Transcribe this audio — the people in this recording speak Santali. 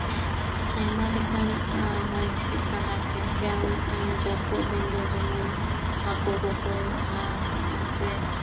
ᱟᱭᱢᱟ ᱞᱮᱠᱟᱱ ᱦᱚᱭ ᱦᱤᱸᱥᱤᱫ ᱛᱟᱞᱟᱛᱮ ᱡᱮᱢᱚᱱ ᱡᱟᱹᱯᱩᱫ ᱫᱤᱱ ᱫᱚ ᱡᱮᱢᱚᱱ ᱦᱟᱹᱠᱩ ᱠᱚᱠᱚ ᱦᱩᱭᱩᱜᱼᱟ ᱥᱮ